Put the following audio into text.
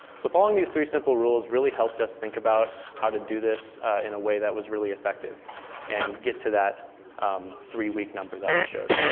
so following these three simple rules really helped us think about how to do this in a way that was really effective and get to that um three-week number that we showed.